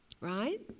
right